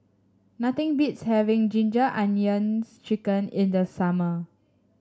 nothing beats having Ginger Onions chicken in the summer